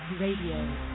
Radio